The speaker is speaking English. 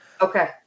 Okay